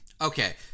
Okay